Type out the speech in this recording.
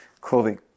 clothing